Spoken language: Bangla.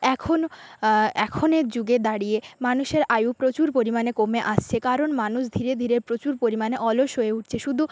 এখন এখনের যুগে দাঁড়িয়ে মানুষের আয়ু প্রচুর পরিমাণে কমে আসছে কারণ মানুষ ধীরে ধীরে প্রচুর পরিমাণে অলস হয়ে উঠছে শুধু